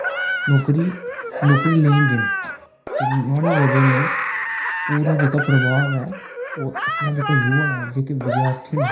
नौकरी लेई जंदे न ते नुहाड़ी बजह कन्नै नुहाड़ा जेह्का प्रभाव ऐ अपना जेह्का युवा ऐ जेह्के विद्यार्थी न